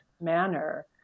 manner